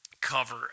cover